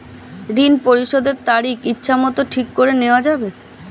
ঋণ পরিশোধের তারিখ ইচ্ছামত ঠিক করে নেওয়া যাবে?